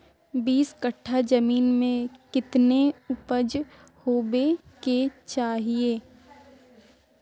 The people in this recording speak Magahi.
बीस कट्ठा जमीन में कितने उपज होबे के चाहिए?